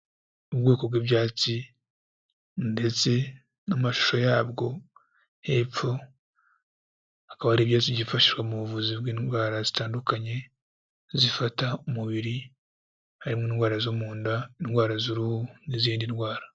Ubwoko bw'ibyatsi ndetse n'amashusho yabwo, hepfo hakaba hari ibyatsi byifashishwa mu buvuzi bw'indwara zitandukanye zifata umubiri, harimo indwara zo mu nda, indwara z'uruhu n'izindi ndwara.